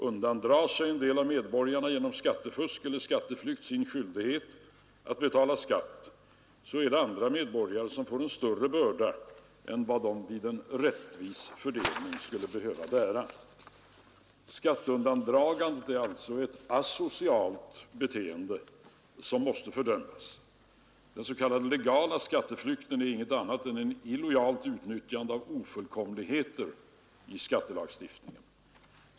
Undandrar sig en del av medborgarna genom skattefusk eller skatteflykt sin skyldighet att betala skatt, får andra medborgare en större börda än de enligt en rättvis fördelning skulle behöva bära. Skatteundandragande är alltså ett asocialt beteende som måste fördömas. Den s.k. legala skatteflykten är inget annat än ett illojalt utnyttjande av ofullkomligheter i skattelagstiftningen.